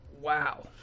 Wow